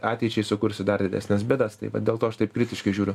ateičiai sukursi dar didesnes bėdas tai vat dėl to aš taip kritiškai žiūriu